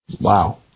Wow